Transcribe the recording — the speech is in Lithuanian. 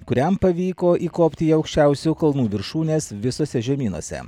kuriam pavyko įkopti į aukščiausių kalnų viršūnes visuose žemynuose